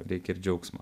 reikia ir džiaugsmo